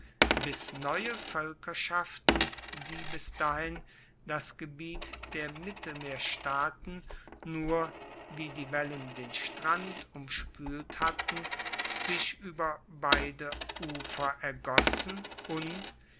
bis neue voelkerschaften die bis dahin das gebiet der mittelmeerstaaten nur wie die wellen den strand umspuelt hatten sich ueber beide ufer ergossen und